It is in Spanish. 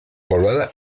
poblada